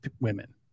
women